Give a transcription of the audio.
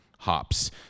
hops